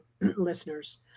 listeners